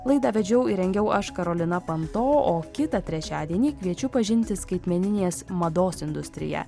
laidą vedžiau ir rengiau aš karolina panto o kitą trečiadienį kviečiu pažinti skaitmeninės mados industriją